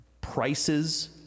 prices